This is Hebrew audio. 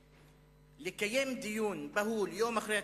לקיים דיון בהול יום אחרי התקציב,